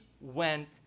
went